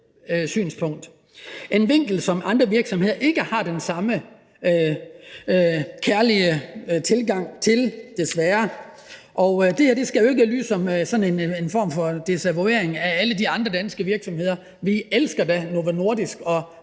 synspunkt. Det er en vinkel, som andre virksomheder ikke har den samme kærlige tilgang til, desværre. Det her skal jo ikke lyde som en form for desavouering af alle de andre danske virksomheder. Vi elsker da Novo Nordisk og